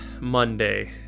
Monday